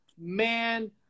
man